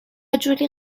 جولی